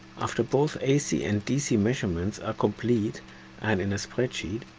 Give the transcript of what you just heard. after both ac and dc measurements are complete and in a spreadsheet,